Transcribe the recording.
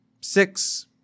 Six